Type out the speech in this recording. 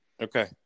Okay